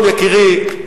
יקירי,